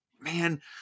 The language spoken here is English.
man